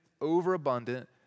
overabundant